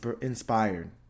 inspired